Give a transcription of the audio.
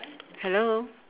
hello